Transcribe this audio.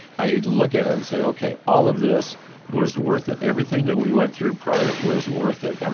i look at it and say, okay. all of this was worth it. everything that we went through prior was worth it. i